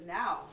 now